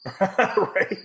Right